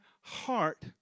heart